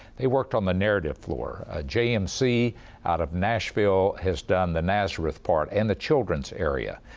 they worked on the narrative floor. ah jmc out of nashville has done the nazareth part and the children's area.